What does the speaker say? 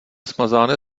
smazány